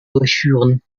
durchführen